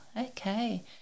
Okay